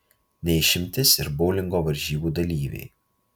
ne išimtis ir boulingo varžybų dalyviai